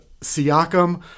Siakam